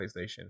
PlayStation